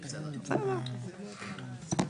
ולכן, סבר הדברים הללו מביא אותנו לכך,